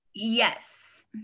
Yes